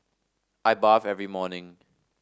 I bathe every morning